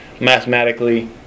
mathematically